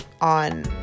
on